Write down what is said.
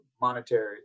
monetary